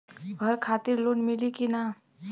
घर खातिर लोन मिली कि ना?